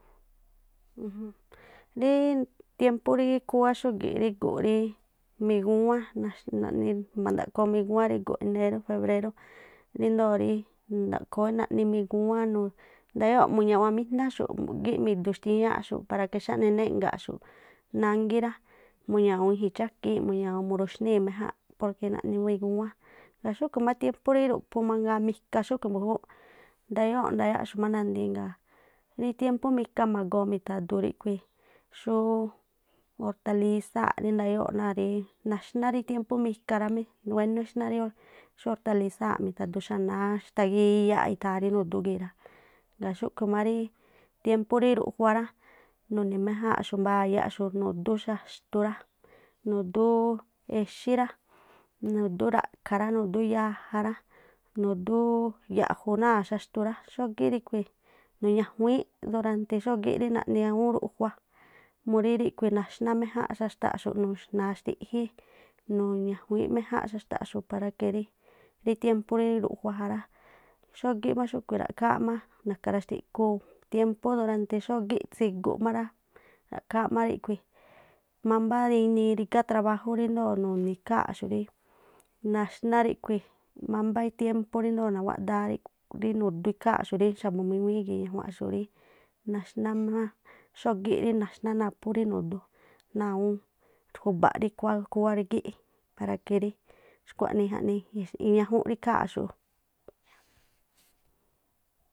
rí tiémpú rí khúwá xúgi̱ꞌ rí gu̱nꞌ ríí migúwán, naj- naꞌni- ma̱ndaꞌkhoo miguwán rí gu̱nꞌ eneró febrerú, ríndoo̱ rí nakhóó naꞌni migúwán nu, ndayóo̱ꞌ muñawa̱nmijná xu̱ꞌ mu̱gíꞌ mi̱du̱ xtíñaꞌxu̱ꞌ paraque xáꞌni néꞌnga̱ꞌxu̱ꞌ nágí rá. Mu̱ñawu̱un i̱jin chákiin, mu̱ñawu̱un muruxníi̱ méjánꞌ porque naꞌni migúwán. Ngaa̱ xúꞌkhu̱ má tiempú rí ruꞌphu mangaa, mika xúꞌkhu̱ mbu̱júúꞌ, ndayóo̱ꞌ ndayáꞌxu̱ má nandii ngaa̱ rí tiémpú mika ma̱go̱o̱ mitha̱du̱ ríꞌkhui̱ xú rí ortalisáa̱ꞌ rí ndayóo̱ꞌ náa̱ rí naxná tiémpú mika rá. Wénú exná rí ortalisáa̱ꞌ mitha̱du xanáá, xtagíyáꞌ ikhaa rí nu̱dú gii̱ rá. Ngaa̱ xúꞌkhu̱ má rí tiémpú rí ruꞌjua rá, nuni̱ méjáa̱nꞌxu̱ mbayaꞌxu̱ rá, nu̱dú xaxtu rá, nu̱dú exí rá, nu̱dú ra̱ꞌkha̱ rá, nu̱dú yaja rá, nu̱dú yaꞌnu̱ náa̱ xaxtu rá, xogíꞌ ríꞌkhui̱ nu̱ñajuíín durante xógíꞌ rí naꞌni awúún ruꞌjua murí ríꞌkhui̱ naxná méjánꞌ xaxtaꞌxu̱̱, nuxnaa̱ xtiꞌji, nu̱ñajuíínꞌ méjánꞌ xaxtaꞌxu̱ꞌ para que rí tiémpú rí ruꞌjua ja rá. Xógí má xúꞌkhui̱ ra̱ꞌkhááꞌ na̱ka̱ raxtiꞌkhuu tiémpu durante xógíꞌ tsiguꞌ má rá, ra̱ꞌkhááꞌ má ríꞌkhui̱ mámbá inii rígá trabajú rindoo̱ nuni̱ ikháa̱nꞌxu̱ rí naxná ríꞌkhui̱ mámbá tiémpú ríndoo̱ nawáꞌdáá ríꞌ rí nudú ikháa̱nꞌxu̱ꞌ rí xa̱bu̱ míŋuíí gii̱ ñajuanꞌxu̱ rí nanxná má xógí rí naxná naphú rí nu̱dú ná̱a awúún ju̱ba̱ꞌ rí khúwá- khúwá- rígíꞌ para que rí xkuaꞌnii i̱ñajun rí ikháa̱nꞌxu̱ꞌ.